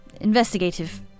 investigative